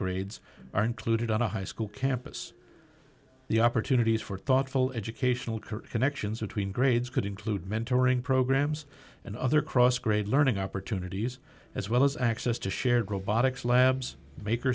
grades are included on a high school campus the opportunities for thoughtful educational career connections between grades could include mentoring programs and other cross grade learning opportunities as well as access to shared robotics labs make